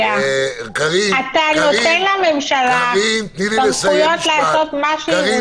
אתה נותן לממשלה סמכויות לעשות מה שהיא רוצה,